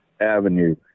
Avenue